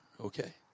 Okay